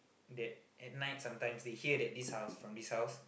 that at night sometimes they hear that this house from this house